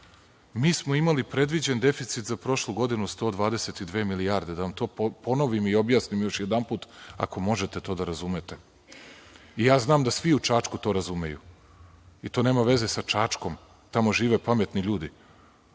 smo predviđen deficit za prošlu godinu od 122 milijarde. Da vam to ponovim i objasnim još jedanput, ako možete to da razumete. Znam da svi u Čačku to razumeju, i to nema veze sa Čačkom. Tamo žive pametni ljudi